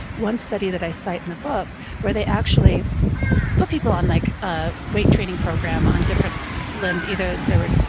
one study that i cite in the book where they actually put people on like a weight training program on different ones, either there were,